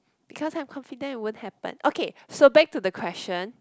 because I'm confident it won't happen okay so back to the question